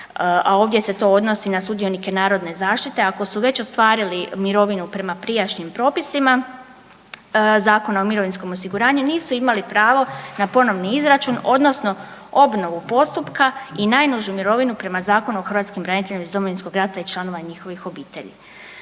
a ovdje se to odnosi na sudionike Narodne zaštite ako su već ostvarili mirovinu prema prijašnjim propisima Zakon o mirovinskom osiguranju nisu ima pravo na ponovni izračun odnosno obnovu postupka i najnižu mirovinu prema Zakonu o hrvatskim braniteljima iz Domovinskog rata i članova njihovih obitelji.